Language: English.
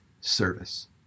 service